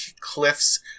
cliffs